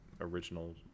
original